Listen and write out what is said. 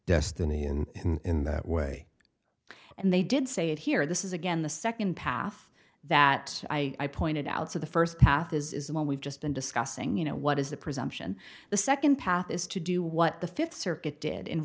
destiny and in that way and they did say it here this is again the second path that i pointed out so the first path is the one we've just been discussing you know what is the presumption the second path is to do what the fifth circuit did in